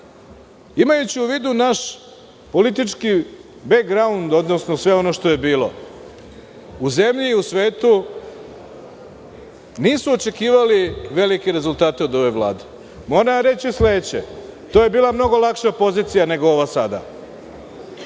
Imajući u vidu naš politički „background“, odnosno sve ono što je bilo u zemlji i u svetu nisu očekivali velike rezultate od ove Vlade. Moram vam reći sledeće. To je bilo mnogo lakša pozicija nego ova sada.